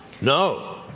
No